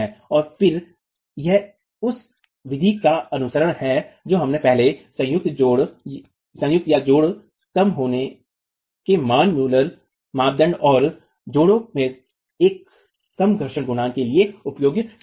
और फिर यह उसी विधि का अनुसरण करता है जो हमने पहले संयुक्तजोड़ कम होने के मान मुलर मानदंड और संयुक्तजोड़ों में एक कम घर्षण गुणांक के लिए उपयोग किया था